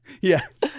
yes